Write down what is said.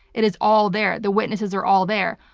it is all there. the witnesses are all there.